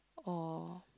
or